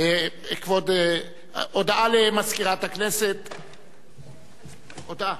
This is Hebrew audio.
הודעה למזכירת הכנסת, בבקשה.